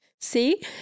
See